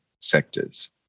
sectors